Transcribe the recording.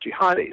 jihadis